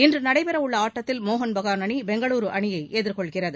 இன்று நடைபெறவுள்ள ஆட்டத்தில் மோகன் பகான் அணி பெங்களுரு அணியை எதிர்கொள்கிறது